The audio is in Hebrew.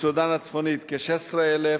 מסודן הצפונית כ-16,000,